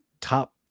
top